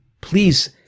Please